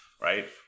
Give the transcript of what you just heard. Right